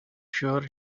sure